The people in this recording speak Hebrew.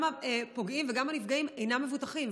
גם הפוגעים וגם הנפגעים אינם מבוטחים,